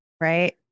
right